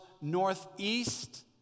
northeast